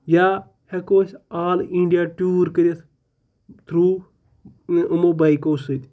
یا ہٮ۪کو أسۍ آل اِنڈیا ٹوٗر کٔرِتھ تھرٛوٗ یِمو بایِکو سۭتۍ